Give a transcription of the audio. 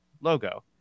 logo